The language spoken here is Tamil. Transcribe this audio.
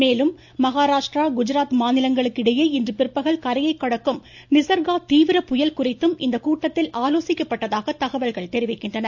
மேலும் மகாராஷ்டிரா குஜராத் மாநிலங்களுக்கிடையே இன்று பிற்பகல் கரையை கடக்கும் நிசர்கா தீவிர புயல் குறித்தும் இக்கூட்டத்தில் ஆலோசிக்கப்பட்டதாக தகவல்கள் தெரிவிக்கின்றன